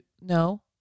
no